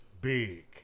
Big